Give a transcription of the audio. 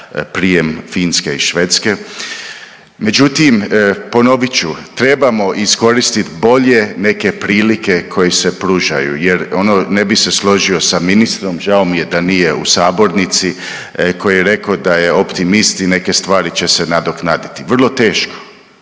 prijem Finske i Švedske. Međutim, ponovit ću trebamo iskoristiti bolje neke prilike koje se pružaju jer ono ne bi se složio sa ministrom, žao mi je da nije u sabornici koji je rekao da je optimist i neke stvari će se nadoknaditi. Vrlo teško,